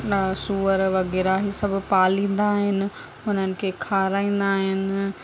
न सूअर वग़ैरह हे सभु पालीन्दा आहिनि हुननि खे खाराईन्दा आहिनि